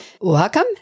Welcome